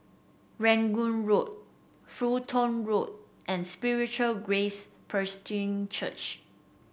Rangoon Road Fulton Road and Spiritual Grace Presbyterian Church